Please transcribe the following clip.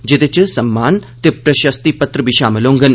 जेह्दे च सम्मान ते प्रषस्ती पत्र बी षामल होंगन